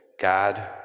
God